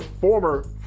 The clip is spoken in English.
former